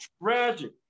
Tragic